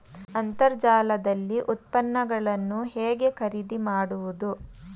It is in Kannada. ಅಂತರ್ಜಾಲದಲ್ಲಿ ಉತ್ಪನ್ನಗಳನ್ನು ಹೇಗೆ ಖರೀದಿ ಮಾಡುವುದು?